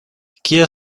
kia